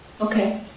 Okay